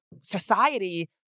society